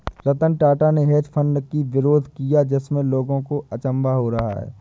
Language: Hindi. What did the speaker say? रतन टाटा ने हेज फंड की विरोध किया जिससे लोगों को अचंभा हो रहा है